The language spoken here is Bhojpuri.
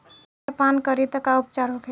संखिया पान करी त का उपचार होखे?